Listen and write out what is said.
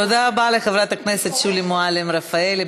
תודה רבה לחברת הכנסת שולי מועלם-רפאלי.